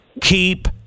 keep